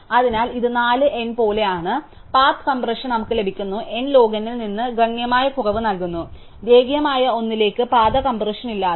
അതിനാൽ ഇത് 4 n പോലെയാണ് അതിനാൽ പാത്ത് കംപ്രഷൻ നമുക്ക് ലഭിക്കുന്ന n log n ൽ നിന്ന് ഗണ്യമായ കുറവ് നൽകുന്നു രേഖീയമായ ഒന്നിലേക്ക് പാത കംപ്രഷൻ ഇല്ലാതെ